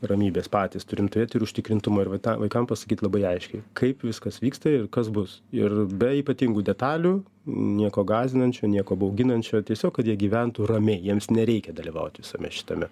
ramybės patys turim turėt ir užtikrintumo ir va tą vaikam pasakyt labai aiškiai kaip viskas vyksta ir kas bus ir be ypatingų detalių nieko gąsdinančio nieko bauginančio tiesiog kad jie gyventų ramiai jiems nereikia dalyvaut visame šitame